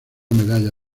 medalla